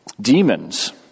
Demons